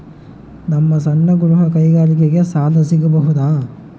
ನಮ್ಮ ಸಣ್ಣ ಗೃಹ ಕೈಗಾರಿಕೆಗೆ ಸಾಲ ಸಿಗಬಹುದಾ?